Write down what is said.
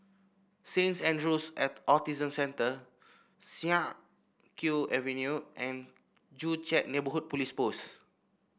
Saint Andrew's Autism Centre Siak Kew Avenue and Joo Chiat Neighbourhood Police Post